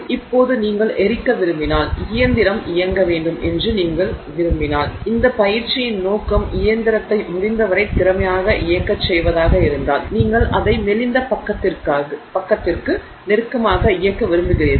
இப்போது நீங்கள் எரிக்க விரும்பினால் இயந்திரம் இயங்க வேண்டும் என்று நீங்கள் விரும்பினால் இந்த பயிற்சியின் நோக்கம் இயந்திரத்தை முடிந்தவரை திறமையாக இயங்கச் செய்வதாக இருந்தால் நீங்கள் அதை மெலிந்த பக்கத்திற்கு நெருக்கமாக இயக்க விரும்புகிறீர்கள்